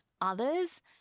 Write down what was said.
others